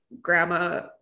grandma